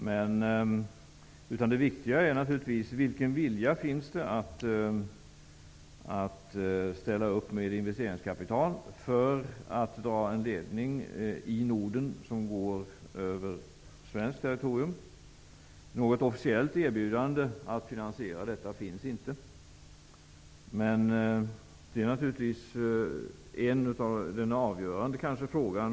Det viktiga är vilken vilja som finns att ställa upp med investeringskapital för att dra en ledning över svenskt territorium. Något officiellt erbjudande att finansiera detta finns inte. Det är naturligtvis en avgörande fråga.